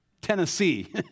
Tennessee